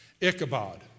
Ichabod